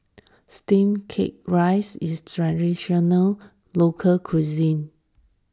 Steamed Rice Cake is a Traditional Local Cuisine